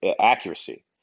accuracy